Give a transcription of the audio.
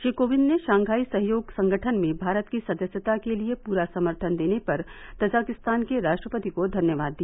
श्री कोविंद ने शंघाई सहयोग संगठन में भारत की सदस्यता के लिए पूरा समर्थन देने पर तजाकिस्तान के राष्ट्रपति को धन्यवाद दिया